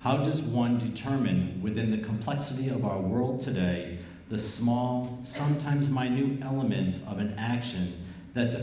how does one determine within the complexity of our world today the small sometimes my new elements of an action that